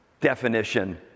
definition